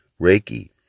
Reiki